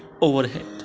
overhead